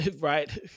right